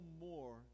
more